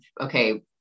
okay